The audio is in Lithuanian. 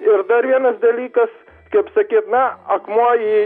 ir dar vienas dalykas kaip sakyt na akmuo į